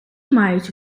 мають